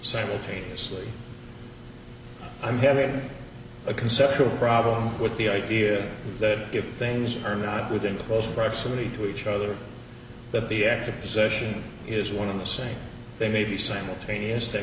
simultaneously i'm having a conceptual problem with the idea that if things are not within close proximity to each other that the act of possession is one in the same they may be simultaneous they